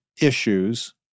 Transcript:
issues